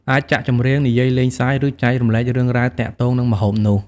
អាចចាក់ចម្រៀង និយាយលេងសើច ឬចែករំលែករឿងរ៉ាវទាក់ទងនឹងម្ហូបនោះ។